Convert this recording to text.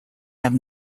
have